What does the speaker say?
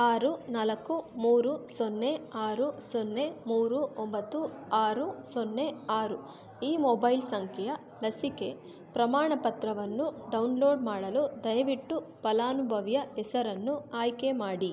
ಆರು ನಾಲ್ಕು ಮೂರು ಸೊನ್ನೆ ಆರು ಸೊನ್ನೆ ಮೂರು ಒಂಬತ್ತು ಆರು ಸೊನ್ನೆ ಆರು ಈ ಮೊಬೈಲ್ ಸಂಖ್ಯೆಯ ಲಸಿಕೆ ಪ್ರಮಾಣಪತ್ರವನ್ನು ಡೌನ್ಲೋಡ್ ಮಾಡಲು ದಯವಿಟ್ಟು ಫಲಾನುಭವಿಯ ಹೆಸರನ್ನು ಆಯ್ಕೆ ಮಾಡಿ